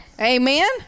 amen